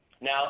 now